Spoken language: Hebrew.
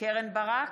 קרן ברק,